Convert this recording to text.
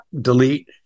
Delete